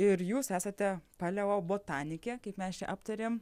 ir jūs esate paleobotanikė kaip mes čia aptarėm